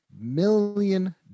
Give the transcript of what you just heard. million